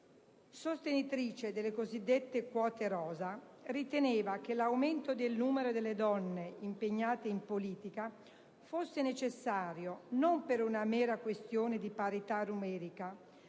Sostenitrice delle cosiddette quote rosa, riteneva che l'aumento del numero delle donne impegnate in politica fosse necessario non per una mera questione di parità numerica